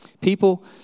People